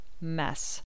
mess